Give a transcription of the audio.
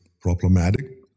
problematic